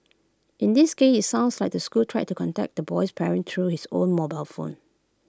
in this case IT sounds like the school tried to contact the boy's parents through his own mobile phone